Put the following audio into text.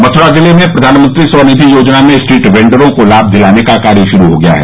मथ्रा जिले में प्रधानमंत्री स्वनिधि योजना में स्ट्रीट वेंडरों को लाभ दिलाने का कार्य शुरू हो गया है